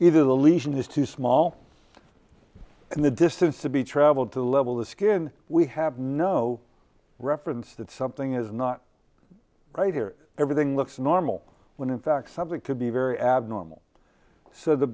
either the lesion is too small in the distance to be travelled to level the skin we have no reference that something is not right or everything looks normal when in fact subject to be very abnormal so the